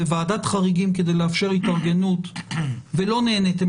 לוועדת חריגים כדי לאפשר התארגנות ולא נעניתם